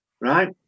right